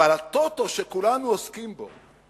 אבל ה"טוטו" שכולנו עוסקים בו,